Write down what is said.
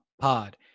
Pod